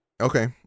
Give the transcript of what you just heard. Okay